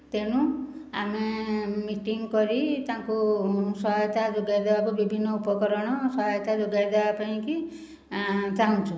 ତେଣୁ ଆମେ ମିଟିଙ୍ଗ୍ କରି ତାଙ୍କୁ ସହାୟତା ଯୋଗାଇଦେବାକୁ ବିଭିନ୍ନ ଉପକରଣ ସହାୟତା ଯୋଗାଇଦେବା ପାଇଁ କି ଚାହୁଁଛୁ